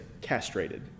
castrated